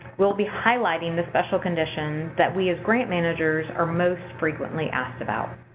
we'll be highlighting the special conditions that we, as grant managers, are most frequently asked about.